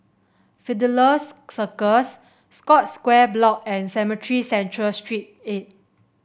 Fidelio's Circus Scotts Square Block and Cemetry Central Street eight